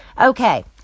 Okay